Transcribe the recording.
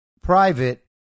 private